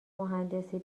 مهندسی